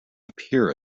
appear